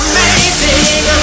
Amazing